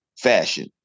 fashion